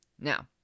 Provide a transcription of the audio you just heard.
Now